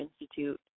institute